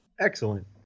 Excellent